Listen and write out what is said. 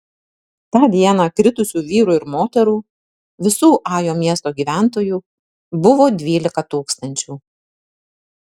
tą dieną kritusių vyrų ir moterų visų ajo miesto gyventojų buvo dvylika tūkstančių